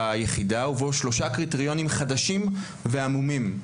יחידה ובו שלושה קריטריונים חדשים ועמומים.